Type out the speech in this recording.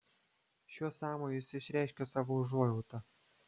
šiuo sąmoju jis išreiškė savo užuojautą